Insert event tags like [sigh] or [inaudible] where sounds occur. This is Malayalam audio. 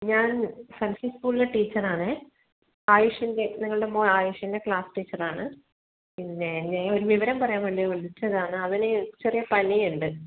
ഞാൻ [unintelligible] സ്കൂളിലെ ടീച്ചർ ആണേ ആയുഷിൻ്റെ നിങ്ങളുടെ മോൻ ആയുഷിൻ്റെ ക്ലാസ് ടീച്ചർ ആണ് പിന്നെ ഞാൻ ഒരു വിവരം പറയാൻ വേണ്ടി വിളിച്ചതാണ് അവന് ചെറിയ പനിയുണ്ട്